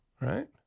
Right